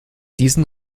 diesen